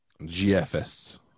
GFS